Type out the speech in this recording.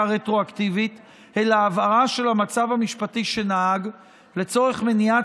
רטרואקטיבית אלא הבהרה של המצב המשפטי שנהג לצורך מניעת